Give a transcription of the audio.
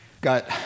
got